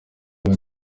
rero